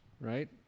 right